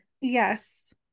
yes